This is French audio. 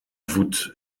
voûte